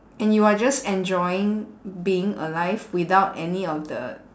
and you are just enjoying being alive without any of the